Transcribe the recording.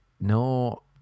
no